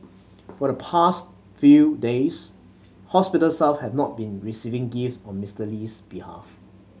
for the past few days hospital staff have not been receiving gift on Mister Lee's behalf